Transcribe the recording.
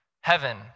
heaven